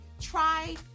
Try